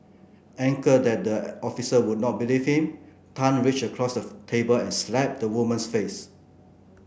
angered that the officer would not believe him Tan reached across of table and slapped the woman's face